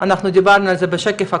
אנחנו דיברנו על זה בשקף הקודם.